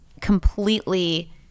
completely